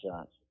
shots